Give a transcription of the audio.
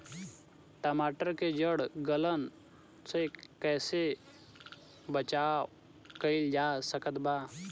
टमाटर के जड़ गलन से कैसे बचाव कइल जा सकत बा?